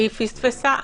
פספסה,